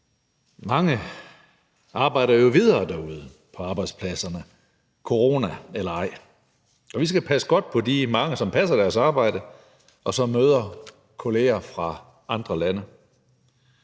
Mange arbejder jo videre derude på arbejdspladserne, corona eller ej, så vi skal passe godt på de mange, som passer deres arbejde, og som møder kolleger fra andre lande.